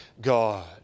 God